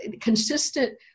consistent